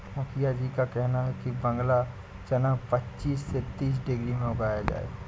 मुखिया जी का कहना है कि बांग्ला चना पच्चीस से तीस डिग्री में उगाया जाए